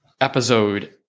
episode